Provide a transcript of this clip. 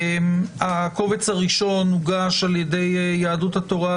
שהקובץ הראשון הוגש על ידי יהדות התורה,